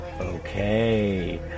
Okay